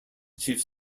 achieved